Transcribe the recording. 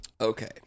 Okay